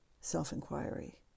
self-inquiry